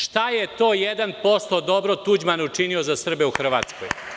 Šta je to 1% dobro Tuđman učinio za Srbe u Hrvatskoj?